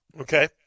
Okay